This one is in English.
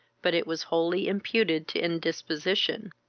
but it was wholly imputed to indisposition.